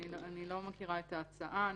אני לא מכירה את ההצעה.